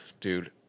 Dude